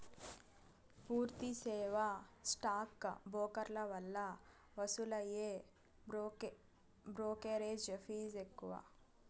పూర్తి సేవా స్టాక్ బ్రోకర్ల వల్ల వసూలయ్యే బ్రోకెరేజ్ ఫీజ్ ఎక్కువ